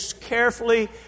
carefully